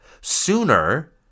sooner